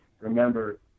remember